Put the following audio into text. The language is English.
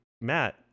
matt